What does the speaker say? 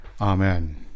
Amen